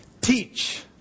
teach